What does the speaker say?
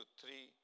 three